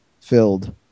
filled